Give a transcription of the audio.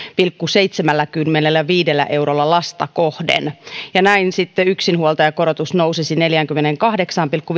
pilkku seitsemälläkymmenelläviidellä eurolla lasta kohden ja näin sitten yksinhuoltajakorotus nousisi neljästäkymmenestäkahdeksasta pilkku